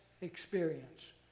experience